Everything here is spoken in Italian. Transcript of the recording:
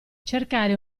cercare